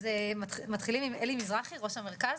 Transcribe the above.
אז מתחילים עם אלי מזרחי, ראש המרכז.